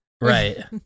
right